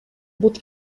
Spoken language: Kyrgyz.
бут